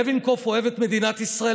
לוינקופף אוהב את מדינת ישראל.